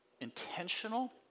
intentional